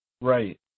Right